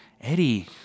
Eddie